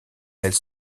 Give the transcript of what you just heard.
elle